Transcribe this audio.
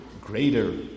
greater